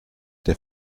der